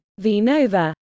VNOVA